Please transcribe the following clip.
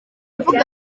mvuga